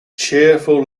cheerful